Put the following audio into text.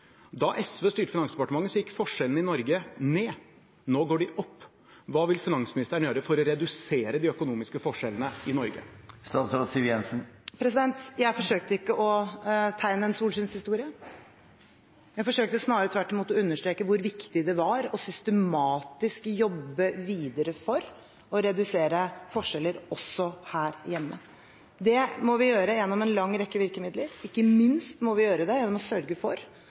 Da SV styrte Finansdepartementet, gikk forskjellene i Norge ned, nå går de opp. Hva vil finansministeren gjøre for å redusere de økonomiske forskjellene i Norge? Jeg forsøkte ikke å tegne en solskinnshistorie. Jeg forsøkte snarere tvert imot å understreke hvor viktig det er systematisk å jobbe videre for å redusere forskjeller også her hjemme. Det må vi gjøre gjennom en lang rekke virkemidler. Ikke minst må vi sørge for at det skapes flere arbeidsplasser, for